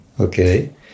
Okay